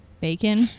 Bacon